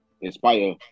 inspire